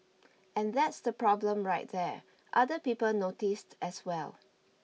and that's the problem right there other people noticed as well